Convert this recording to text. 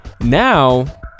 Now